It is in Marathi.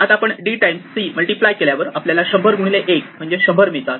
आता आपण d टाइम्स C मल्टिप्लाय केल्यावर आपल्याला 100 गुणिले 1 म्हणजे 100 मिळतात